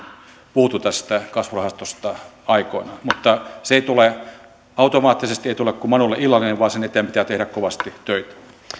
puhuttu tästä kasvurahastosta aikoinaan mutta se ei tule automaattisesti ei tule kuin manulle illallinen vaan sen eteen pitää tehdä kovasti töitä